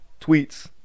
tweets